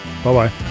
Bye-bye